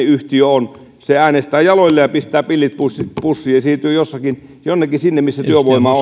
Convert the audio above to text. yhtiö on äänestää jaloillaan ja pistää pillit pussiin pussiin ja siirtyy jonnekin missä työvoimaa